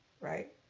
Right